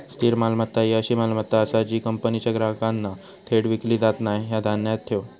स्थिर मालमत्ता ही अशी मालमत्ता आसा जी कंपनीच्या ग्राहकांना थेट विकली जात नाय, ह्या ध्यानात ठेव